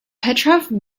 petrov